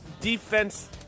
defense